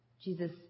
Jesus